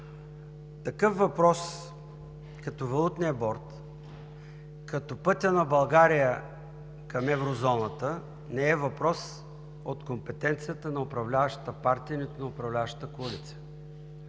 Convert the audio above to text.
Такъв въпрос като валутния борд, като пътя на България към Еврозоната, не е въпрос от компетенцията на управляващата партия, нито на управляващата коалиция,